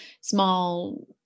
small